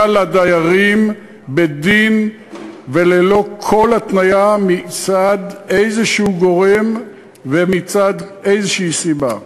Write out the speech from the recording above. לדיירים בדין וללא כל התניה מצד גורם כלשהו ומצד סיבה כלשהי.